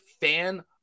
fan